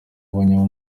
yaboneyeho